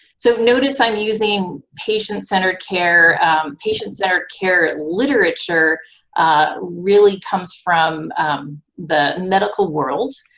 so notice i'm using patient-centered care patient-centered care literature really comes from the medical world.